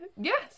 yes